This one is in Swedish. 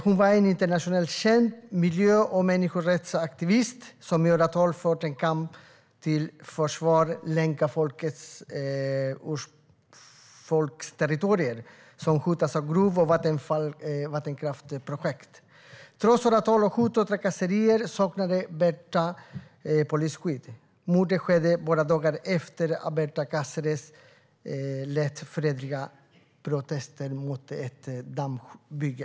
Hon var en internationellt känd miljö och människorättsaktivist som i åratal förde en kamp för att försvara lencafolkets territorium, som hotas av gruv och vattenkraftsprojekt. Trots åratal av hot och trakasserier saknade Berta Cáceres polisskydd. Mordet skedde bara dagar efter hennes fredliga protester mot ett dammbygge.